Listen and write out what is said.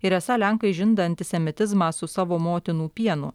ir esą lenkai žinda antisemitizmą su savo motinų pienu